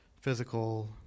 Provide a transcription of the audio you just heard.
physical